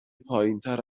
پایینتر